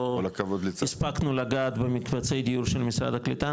לא הספקנו לגעת במקבצי דיור של משרד הקליטה,